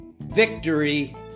victory